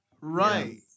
Right